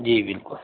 जी बिल्कुल